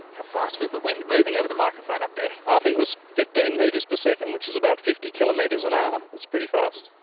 how fast was the wind moving over the microphone up there? i think it was fifteen metres per second, which is about fifty kilometres an hour. that's pretty fast.